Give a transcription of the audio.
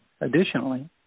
Additionally